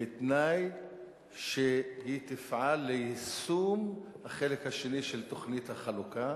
בתנאי שהיא תפעל ליישום החלק השני של תוכנית החלוקה,